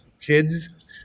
kids